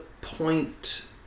point